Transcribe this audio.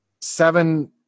seven